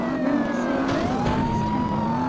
room to save heat and distemper,